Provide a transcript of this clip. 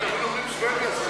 מובילת העולם,